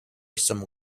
some